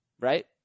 Right